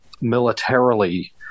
militarily